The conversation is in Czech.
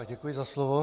Děkuji za slovo.